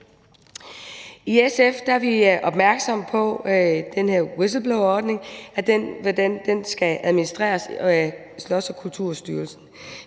I SF er vi opmærksomme på den her whistleblowerordning og på, hvordan den skal administreres af Slots- og Kulturstyrelsen.